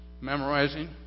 memorizing